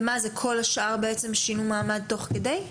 וכל השאר שינו מעמד תוך כדי?